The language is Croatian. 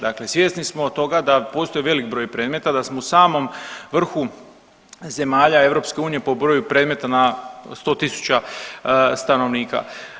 Dakle, svjesni smo toga da postoji velik broj predmeta, da smo u samom vrhu zemalja EU po broju predmeta na 100.000 stanovnika.